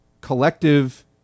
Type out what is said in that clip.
collective